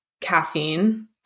caffeine